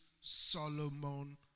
Solomon